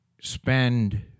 spend